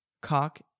cock